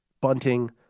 bunting